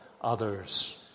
others